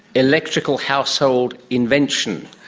electrical household invention.